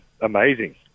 Amazing